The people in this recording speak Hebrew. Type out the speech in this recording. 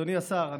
אדוני השר,